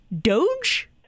Doge